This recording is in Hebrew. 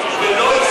יבחר האדם בדעה צלולה,